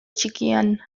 txikian